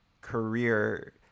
career